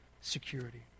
security